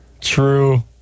True